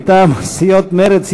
מטעם סיעות מרצ,